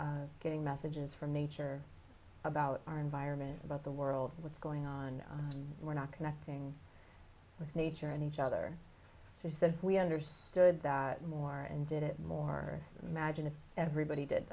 not getting messages from nature about our environment about the world what's going on we're not connecting with nature and each other said we understood that more and did it more imagine if everybody did